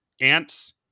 Ants